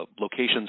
locations